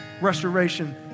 Restoration